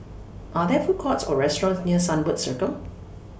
Are There Food Courts Or restaurants near Sunbird Circle